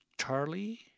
Charlie